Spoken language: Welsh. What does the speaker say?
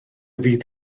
fydd